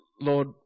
Lord